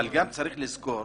אבל גם צריך לזכור